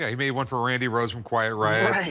yeah, he made one for randy rhoads from quiet riot. right.